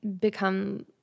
become